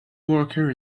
worker